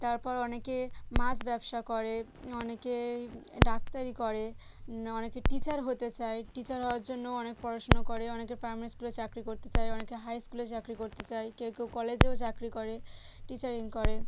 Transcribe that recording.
তারপর অনেকে মাছ ব্যবসা করে অনেকেই ডাক্তারি করে অনেকে টিচার হতে চায় টিচার হওয়ার জন্য অনেক পড়াশুনো করে অনেকে প্রাইমারি স্কুলে চাকরি করতে চায় অনেকে হাই স্কুলে চাকরি করতে চায় কেউ কেউ কলেজেও চাকরি করে টিচারিং করে